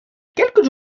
quelques